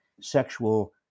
sexual